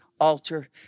altar